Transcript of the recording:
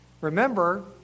Remember